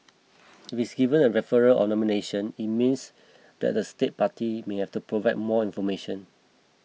if it is given a referral of nomination it means that a state party may have to provide more information